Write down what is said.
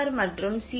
R மற்றும் C